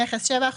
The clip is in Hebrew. מכס-7%.